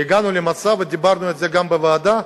והגענו למצב, ודיברנו על זה גם בוועדה,